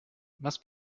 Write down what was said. was